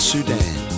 Sudan